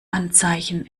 anzeichen